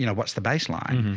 you know what's the baseline?